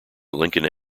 lincoln